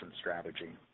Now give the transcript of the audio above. strategy